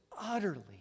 utterly